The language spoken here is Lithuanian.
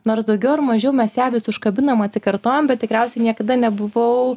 nors daugiau ar mažiau mes ją vis užkabinam atsikartojam bet tikriausiai niekada nebuvau